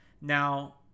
Now